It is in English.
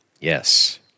Yes